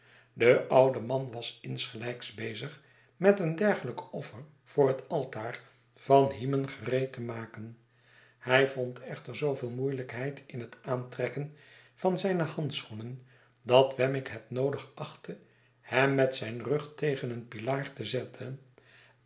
de oude man was insgelijks bezig met een dergelijk offer voor het altaar van hymen gereed te maken hij vond echter zooveel moeielijkheid in het aantrekken van zijne handschoenen dat wemmick het noodig achtte hem met zijn rug tegen een pilaar te zetten